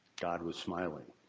god was smiling.